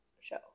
show